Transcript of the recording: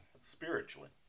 spiritually